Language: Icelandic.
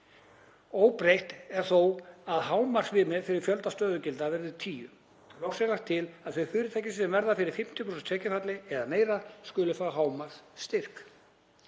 Óbreytt er þó að hámarksviðmið fyrir fjölda stöðugilda verður tíu. Loks er lagt til að þau fyrirtæki sem verða fyrir 50% tekjufalli eða meira skuli fá hámarksstyrk.